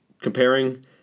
comparing